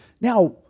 Now